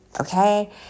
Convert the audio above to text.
okay